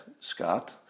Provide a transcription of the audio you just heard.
Scott